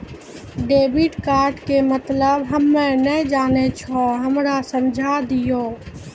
Debit card के मतलब हम्मे नैय जानै छौ हमरा समझाय दियौ?